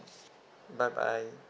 bye bye